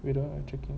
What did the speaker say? wait ah I checking